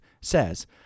says